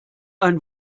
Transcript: ein